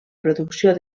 producció